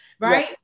right